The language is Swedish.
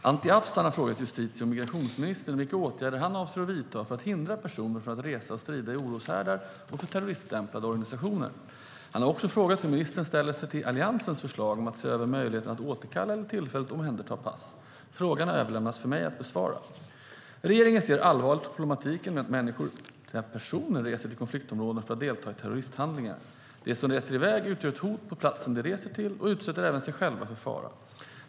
Herr talman! Anti Avsan har frågat justitie och migrationsministern vilka åtgärder han avser att vidta för att hindra personer från att resa för att strida i oroshärdar och för terroriststämplade organisationer. Han har också frågat hur ministern ställer sig till Alliansens förslag om att se över möjligheten att återkalla eller tillfälligt omhänderta pass. Frågan har överlämnats till mig att besvara. Regeringen ser allvarligt på problematiken med att personer reser till konfliktområden för att delta i terroristhandlingar. De som reser iväg utgör ett hot på platsen de reser till och utsätter även sig själva för fara.